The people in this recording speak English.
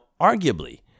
arguably